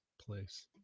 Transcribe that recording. place